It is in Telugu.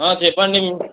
చెప్పండి